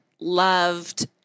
loved